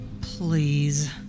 Please